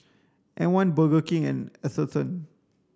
M one Burger King and Atherton